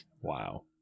Wow